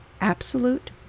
Absolute